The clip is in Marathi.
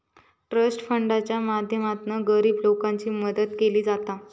ट्रस्ट फंडाच्या माध्यमातना गरीब लोकांची मदत केली जाता